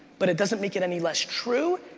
but it doesn't make it any less true.